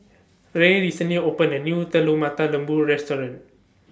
Ray recently opened A New Telur Mata Lembu Restaurant